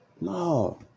no